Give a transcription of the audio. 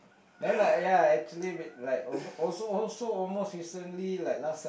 then like ya actually bi~ like a~ also also almost recently like last Saturday